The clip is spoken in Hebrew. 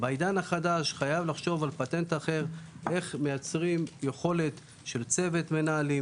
בעידן החדש חייבים לחשוב על פטנט אחר איך מייצרים יכולת של צוות מנהלים,